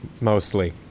Mostly